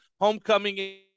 homecoming